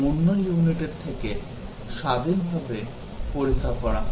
আমরা বলছিলাম যে ইউনিট টেস্টিং এ প্রতিটি ইউনিটকে অন্য ইউনিটের থেকে স্বাধীনভাবে পরীক্ষা করা হয়